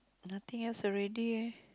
nothing else already eh